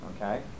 Okay